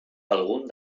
algun